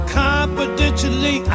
confidentially